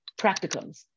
practicums